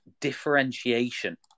differentiation